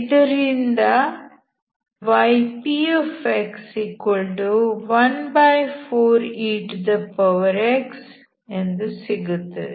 ಇದರಿಂದ ypx14ex ಸಿಗುತ್ತದೆ